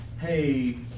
hey